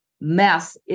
mess